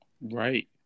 Right